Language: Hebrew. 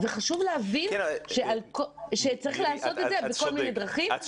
חשוב להבין שצריך לעשות את זה בכל מיני דרכים --- מירי,